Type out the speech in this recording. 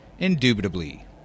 Indubitably